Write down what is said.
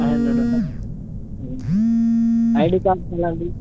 five hundred ఉన్నాయి I D cards ఇలాంటివి